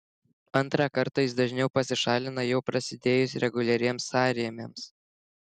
antrą kartą jis dažniau pasišalina jau prasidėjus reguliariems sąrėmiams